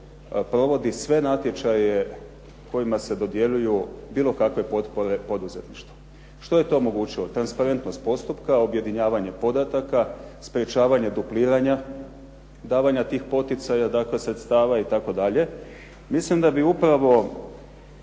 provodi sve natječaje kojima se dodjeljuju bilo kakve potpore poduzetništvu. Što je to omogućilo? Transparentnost postupka, objedinjavanje podataka, sprečavanje dupliranja davanja tih poticaja, dakle sredstava itd. Mislim da bi upravo